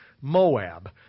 Moab